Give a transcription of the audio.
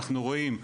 אנחנו רואים,